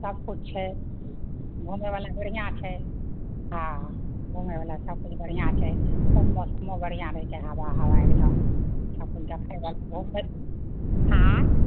सब किछु छै घूमय बला बढ़िआँ छै ओ घूमय बला सब किछु बढ़िआँ छै खूब मौसमों बढ़िआँ रहैत छै हबा हबा एकदम सब किछु देखै बला आयँ